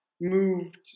moved